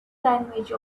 language